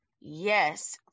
Yes